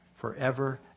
forever